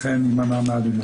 אכן ימנע מאלימות.